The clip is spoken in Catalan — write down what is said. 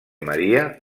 maria